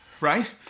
right